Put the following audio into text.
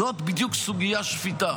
זאת בדיוק סוגיה שפיטה,